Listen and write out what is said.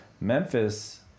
Memphis